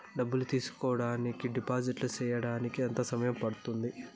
డబ్బులు తీసుకోడానికి డిపాజిట్లు సేయడానికి ఎంత సమయం పడ్తుంది